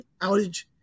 outage